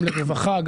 לרווחה,